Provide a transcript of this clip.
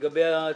לגבי התקצוב.